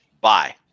Bye